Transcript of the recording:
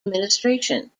administration